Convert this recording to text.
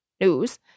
news